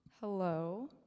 Hello